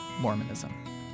Mormonism